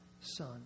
Son